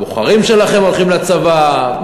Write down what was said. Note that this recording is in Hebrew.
הבוחרים שלכם הולכים לצבא,